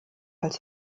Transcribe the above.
als